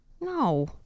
No